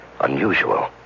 unusual